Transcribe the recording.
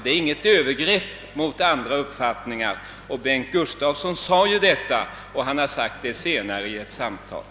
Den är inget övergrepp mot andra, vilket också framhölls av docent Berndt Gustafsson.